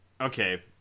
Okay